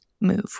move